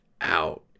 out